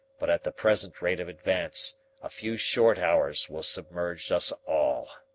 but at the present rate of advance a few short hours will submerge us all.